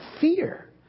fear